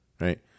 Right